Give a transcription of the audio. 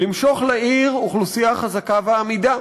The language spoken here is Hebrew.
למשוך לעיר אוכלוסייה חזקה ואמידה,